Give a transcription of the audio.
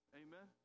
amen